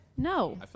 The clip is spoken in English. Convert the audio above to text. No